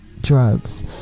drugs